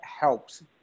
helps